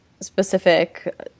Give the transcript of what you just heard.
specific